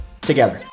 together